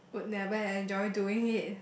would never enjoy doing it